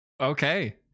Okay